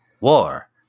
war